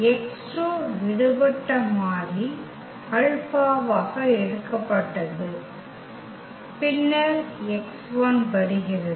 x2 விடுபட்ட மாறி ஆல்பாவாக எடுக்கப்பட்டது பின்னர் x1 வருகிறது